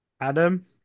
Adam